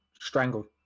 strangled